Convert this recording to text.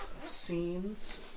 scenes